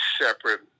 separate